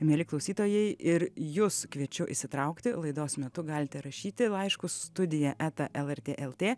mieli klausytojai ir jus kviečiu įsitraukti laidos metu galite rašyti laiškus studija eta lrt lt